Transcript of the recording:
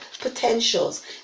potentials